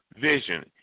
vision